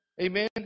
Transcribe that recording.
Amen